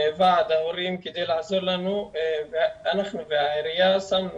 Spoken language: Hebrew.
לוועד ההורים כדי לעזור לנו ואנחנו והעיריה שמנו